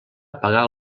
apagar